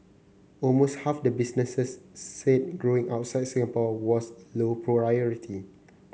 almost half the businesses said growing outside Singapore was low priority